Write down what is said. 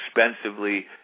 expensively